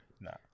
no